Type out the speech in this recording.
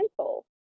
mental